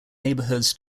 neighborhoods